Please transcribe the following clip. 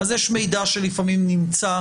יש מידע שלפעמים נמצא